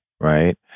right